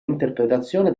interpretazione